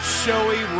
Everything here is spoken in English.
showy